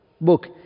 Book